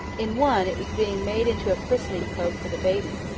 in one, it was being made into a christening cloak for the baby.